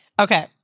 Okay